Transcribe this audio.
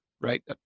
right